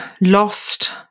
lost